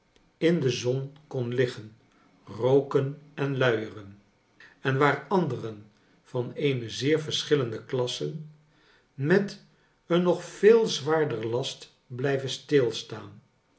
in de zon kon liggen rooken en luieren en waar anderen van eene zeer verschillende klasse met een nog veel zwaarder last blijven stilstaan